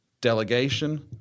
delegation